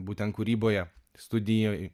būtent kūryboje studijoj